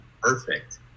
perfect